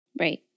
Right